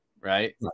Right